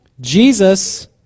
Jesus